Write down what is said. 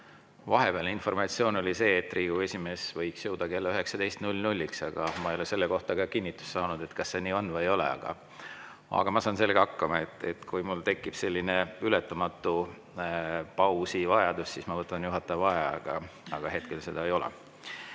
vahepealne informatsioon see, et Riigikogu esimees võiks jõuda kell 19.00, aga ma ei ole selle kohta kinnitust saanud, kas see nii on või ei ole. Aga ma saan sellega hakkama. Kui mul tekib ületamatu pausivajadus, siis ma võtan juhataja vaheaja, aga hetkel seda ei ole.